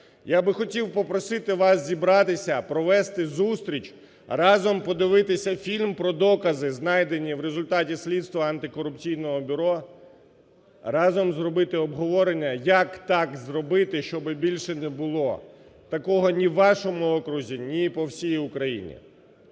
Я би хотів попросити вас зібратися, провести зустріч, разом подивитися фільм про докази, знайдені в результаті слідства Антикорупційного бюро, разом зробити обговорення, як так зробити, щоби більше не було такого ні у вашому окрузі, ні по всій Україні.